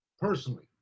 personally